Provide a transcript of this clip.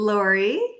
Lori